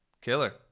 Killer